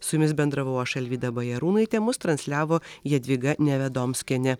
su jumis bendravau aš alvyda bajarūnaitė mus transliavo jadvyga nevedomskienė